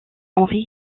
henri